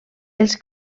els